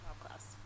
class